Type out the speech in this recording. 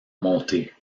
montée